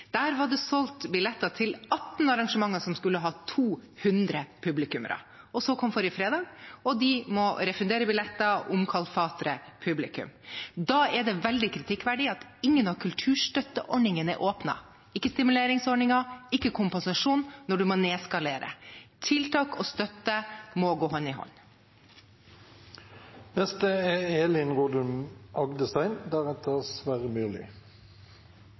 Der var det solgt billetter til 18 arrangementer som skulle ha 200 publikummere. Så kom forrige fredag, og de måtte refundere billetter og omkalfatre publikum. Da er det veldig kritikkverdig at ingen av kulturstøtteordningene er åpnet – ikke stimuleringsordningen, ikke kompensasjonsordningen – når man må nedskalere. Tiltak og støtte må gå hånd i hånd. Det er